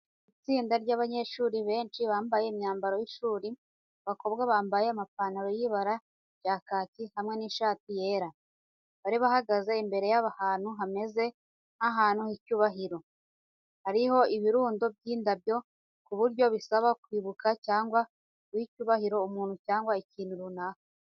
Itsinda ry'abanyeshuri benshi bambaye imyambaro y'ishuri, abakobwa bambaye amapantaro y'ibara rya kake, hamwe n'ishati yera. Bari bahagaze imbere y’ahantu hameze nk’ahantu h’icyubahiro, hariho ibirundo by’indabyo ku buryo bisa nko kwibuka cyangwa guha icyubahiro umuntu cyangwa ikintu runaka.